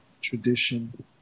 tradition